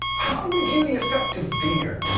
how do we view the effect of beer?